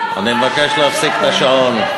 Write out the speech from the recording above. אני מבקש להפסיק את השעון.